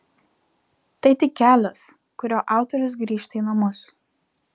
tai tik kelias kuriuo autorius grįžta į namus